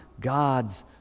God's